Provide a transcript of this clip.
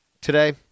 today